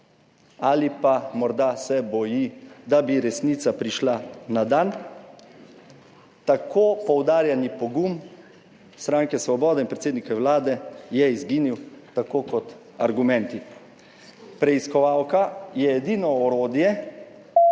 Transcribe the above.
ali pa se morda boji, da bi resnica prišla na dan. Tako poudarjeni pogum stranke Svobode in predsednika Vlade je izginil, tako kot argumenti. Preiskovalka je edino orodje,